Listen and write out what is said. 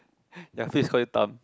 Yafis call you thumb